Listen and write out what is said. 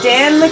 Dan